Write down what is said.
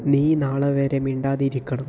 നീ നാളെ വരെ മിണ്ടാതിരിക്കണം